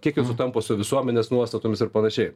kiek jie sutampa su visuomenės nuostatoms ir panašiai